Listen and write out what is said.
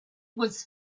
was